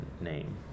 name